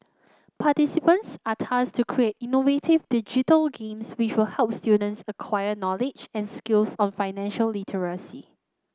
participants are tasked to create innovative digital games which will help students acquire knowledge and skills on financial literacy